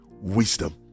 wisdom